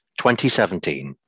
2017